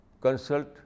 consult